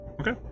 Okay